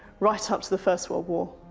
right up to the first world war.